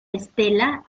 estela